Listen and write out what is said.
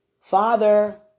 Father